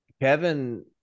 Kevin